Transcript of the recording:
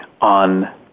on